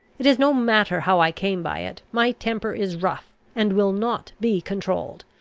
it is no matter how i came by it, my temper is rough, and will not be controlled.